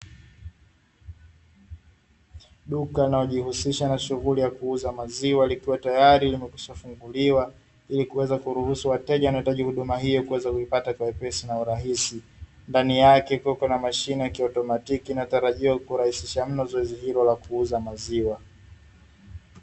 Duka linalojihusisha na shughuli ya kuuza maziwa likiwa tayari limekwishafunguliwa ili kuweza kuruhusu wateja wanaohitaji huduma hiyo kuweza kuipata kwa wepesi na urahisi, ndani yake kukiwa na mashine ya kiautomatiki inayotarajiwa kurahisisha mno zoezi hilo la kuuza maziwa.